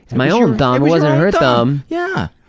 my own thumb. it wasn't her thumb! yeah,